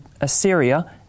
Assyria